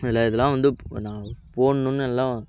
அதில் இதெல்லாம் வந்து போடணும்னு எல்லாம்